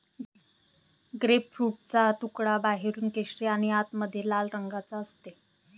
ग्रेपफ्रूटचा तुकडा बाहेरून केशरी आणि आतमध्ये लाल रंगाचा असते